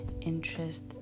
interest